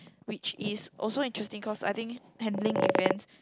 which is also interesting cause I think handling events